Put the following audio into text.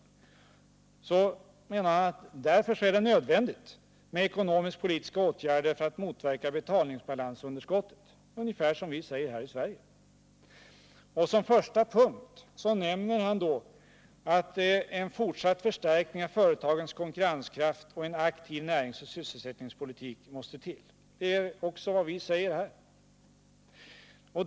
Därför, menade han, är det nödvändigt med ekonomisk-politiska åtgärder för att motverka betalningsbalansunderskottet, dvs. ungefär så som vi säger här i Sverige. Som första punkt nämnde han att en fortsatt förstärkning av företagens konkurrenskraft och en aktiv näringsoch sysselsättningspolitik måste till. Det är också vad vi här i Sverige säger.